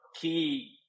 key